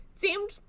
seemed